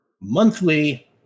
monthly